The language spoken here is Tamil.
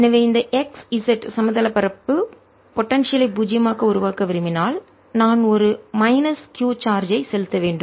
எனவே இந்த x z சமதள பரப்பு தட்டையான பரப்புபோடன்சியல் ஐ பூஜ்ஜியமாக உருவாக்க விரும்பினால் நான் ஒரு மைனஸ் q சார்ஜ் ஐ செலுத்த வேண்டும்